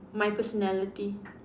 my personality